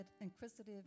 inquisitive